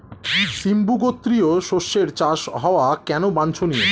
সিম্বু গোত্রীয় শস্যের চাষ হওয়া কেন বাঞ্ছনীয়?